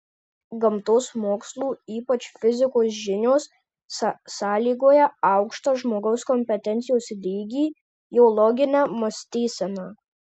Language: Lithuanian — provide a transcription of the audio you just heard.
gamtos mokslų ypač fizikos žinios sąlygoja aukštą žmogaus kompetencijos lygį jo loginę mąstyseną